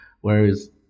Whereas